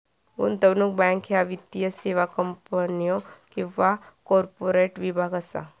गुंतवणूक बँक ह्या वित्तीय सेवा कंपन्यो किंवा कॉर्पोरेट विभाग असा